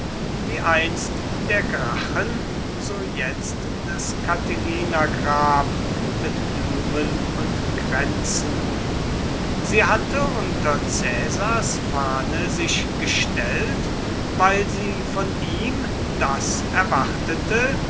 wie einst der gracchen so jetzt des catilina grab mit blumen und kränzen sie hatte unter caesars fahne sich gestellt weil sie von ihm das erwartete